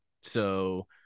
So-